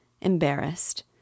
embarrassed